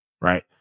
right